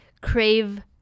crave